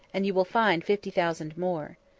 and you will find fifty thousand more.